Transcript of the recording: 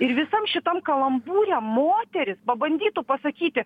ir visam šitam kalambūre moteris pabandytų pasakyti